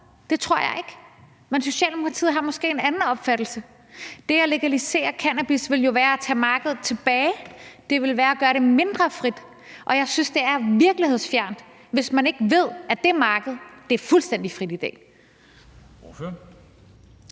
Det tror jeg ikke, men Socialdemokratiet har måske en anden opfattelse. Det at legalisere cannabis ville jo være at tage markedet tilbage, det ville være at gøre det mindre frit, og jeg synes, det er virkelighedsfjernt, hvis ikke man ved, at det marked er fuldstændig frit i dag.